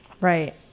Right